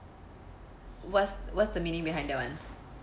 what's what's the meaning behind that one